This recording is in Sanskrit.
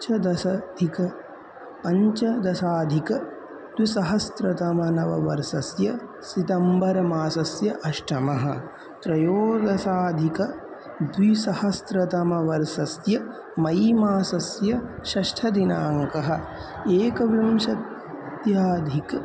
च दशाधिकपञ्चदशाधिकद्विसहस्रतमवर्षस्य सितम्बरमासस्य अष्टमः त्रयोदशाधिकद्विसहस्रतमवर्षस्य मैमासस्य षष्ठः दिनाङ्कः एकविंशत्यधिक